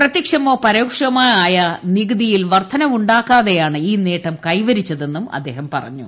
പ്രത്യക്ഷമോ പരോക്ഷമോ ആയ നികുതിയിൽ വർധനവുണ്ടാക്കാതെയാണ് ഈ നേട്ടം കൈവരിച്ചതെന്നും അദ്ദേഹം പറഞ്ഞു